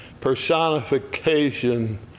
personification